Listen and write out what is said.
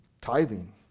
tithing